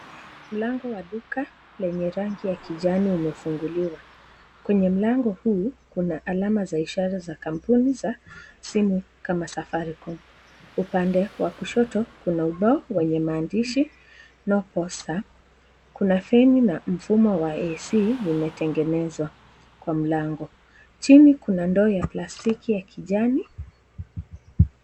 Mlango wa duka lenye rangi ya kijani imefunguliwa, kwenye mlango huu kuna alama za ishara za kampuni za simu kama vile safaricom upande wa kushoto kuna ubao wenye maandishi no poster] . Kuna feni na mfumo wa A/C limetengenezwa kwa mlango , chini kuna ndoo ya plastiki ya kijani.